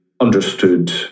understood